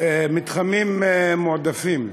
מתחמים מועדפים,